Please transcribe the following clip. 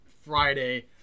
Friday